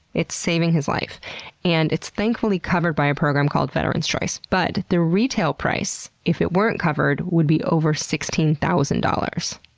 it's saving his life and it's thankfully covered by a program called veteran's choice, but the retail price, if it weren't covered, would be over sixteen thousand dollars.